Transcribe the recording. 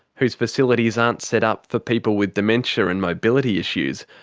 whose facilities aren't set up for people with dementia and mobility issues,